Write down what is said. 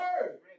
word